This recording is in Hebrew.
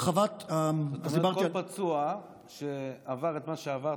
אז כל פצוע שעבר את מה שעברת,